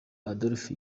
adolphe